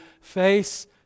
face